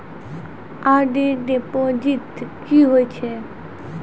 RD deposit की होय छै?